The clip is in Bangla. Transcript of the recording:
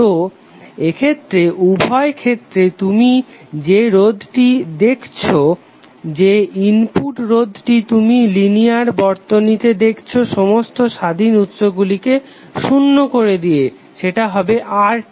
তো এক্ষেত্রে উভয় ক্ষেত্রে তুমি যে রোধটি দেখছো যে ইনপুট রোধটিকে তুমি লিনিয়ার বর্তনীতে দেখছো সমস্ত স্বাধীন উৎসগুলিকে শুন্য করে দিয়ে সেটা হবে RTh